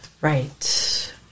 Right